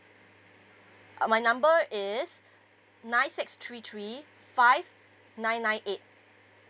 uh my number is nine six three three five nine nine eight